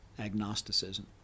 agnosticism